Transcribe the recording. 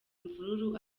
imvururu